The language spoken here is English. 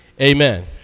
amen